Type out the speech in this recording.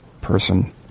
person